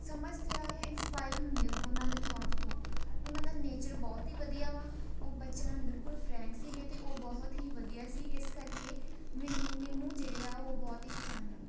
ਸਮਝਦੇ ਆ ਜਾਂ ਇੰਸਪਾਇਰ ਹੁੰਦੇ ਹਨ ਉਹਨਾਂ ਦੇ ਥੋਟਸ ਤੋਂ ਉਹਨਾਂ ਦਾ ਨੇਚਰ ਬਹੁਤ ਹੀ ਵਧੀਆ ਵਾ ਉਹ ਬੱਚਿਆਂ ਨਾਲ ਬਿਲਕੁਲ ਫਰੈਂਕ ਸੀਗੇ ਅਤੇ ਉਹ ਬਹੁਤ ਹੀ ਵਧੀਆ ਸੀ ਇਸ ਕਰਕੇ ਮੈ ਮੈਨੂੰ ਜਿਹੜੇ ਆ ਉਹ ਬਹੁਤ ਹੀ ਪਸੰਦ ਆ